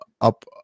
up